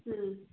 ம்